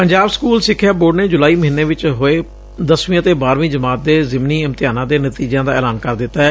Punjab school ਸਿੱਖਿਆ board ਨੇ ਜੁਲਾਈ ਮਹੀਨੇ ਹੋਏ ਦਸਵੀਂ ਤੇ ਬਾਰਵੀਂ ਜਮਾਤ ਦੇ ਜ਼ਿਮਨੀ ਇਮਤਿਹਾਨਾਂ ਦੇ ਨਤੀਜਿਆਂ ਦਾ ਐਲਾਨ ਕਰ ਦਿੱਤੈ